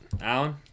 Alan